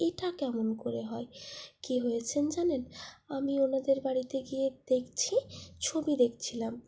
এটা কেমন করে হয় কী হয়েছে জানেন আমি ওনাদের বাড়িতে গিয়ে দেখছি ছবি দেখছিলাম